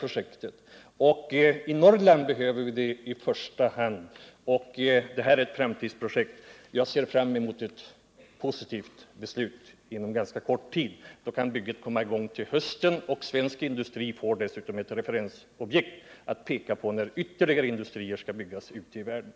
Om sådant godkännande ges, kommer regeringen då att ställa krav på köparna att dessa skall ställa lika mycket mark till lantbruksnämndernas förfogande för nödvändig komplettering av det enskilda lantoch skogsbruket i regionen?